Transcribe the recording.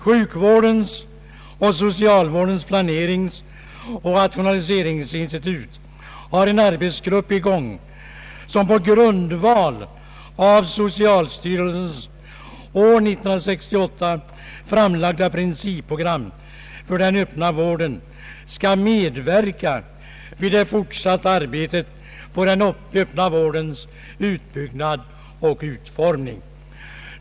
Sjukvårdens och socialvårdens planeringsoch rationaliseringsinstitut har en arbetsgrupp i gång som på grundval av socialstyrelsens tidigare framlagda principprogram för den öppna sjukvården skall medverka vid det fortsatta arbetet på den öppna vårdens utbyggnad och utformning.